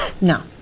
No